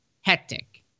hectic